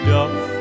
Duff